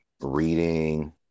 reading